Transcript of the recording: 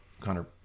Connor